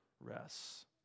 rests